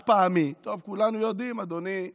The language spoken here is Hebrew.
חד-פעמי, טוב, כולנו יודעים, אדוני היושב-ראש,